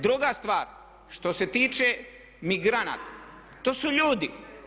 Druga stvar, što se tiče migranata, to su ljudi.